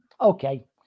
Okay